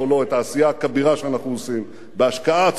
את העשייה הכבירה שאנחנו עושים בהשקעה עצומה.